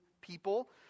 people